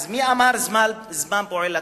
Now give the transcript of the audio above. אז מי אמר "הזמן פועל לטובתנו"?